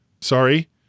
sorry